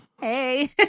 Hey